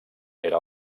era